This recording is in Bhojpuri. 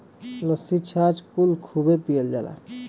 लस्सी छाछ कुल खूबे पियल जाला